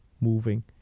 moving